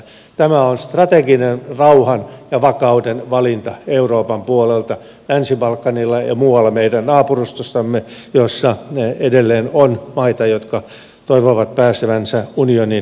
tämä on strateginen rauhan ja vakauden valinta euroopan puolelta länsi balkanilla ja muualla meidän naapurustossamme jossa edelleen on maita jotka toivovat pääsevänsä unionin jäseniksi